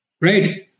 right